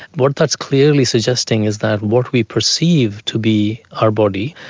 what that is clearly suggesting is that what we perceive to be our body,